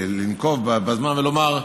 ולומר: